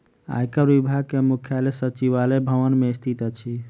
आयकर विभाग के मुख्यालय सचिवालय भवन मे स्थित अछि